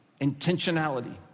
intentionality